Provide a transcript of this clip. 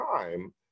time